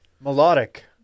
melodic